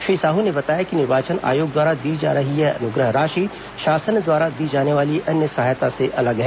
श्री साहू ने बताया कि निर्वाचन आयोग द्वारा दी जा रही यह अनुग्रह राशि शासन द्वारा दी जाने वाली अन्य सहायता से अलग है